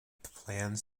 plans